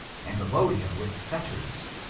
and load him with fetters,